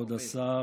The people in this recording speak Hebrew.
כבוד השר,